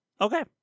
Okay